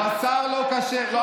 39 בתי עסק בחיפה מכרו בשר לא כשר,